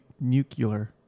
Nuclear